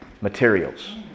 materials